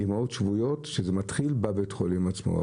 אימהות שבויות שזה מתחיל בבית חולים עצמו.